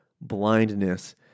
blindness